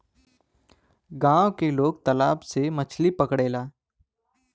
गांव के लोग तालाब से मछरी पकड़ेला